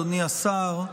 אדוני השר,